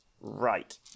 right